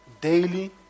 daily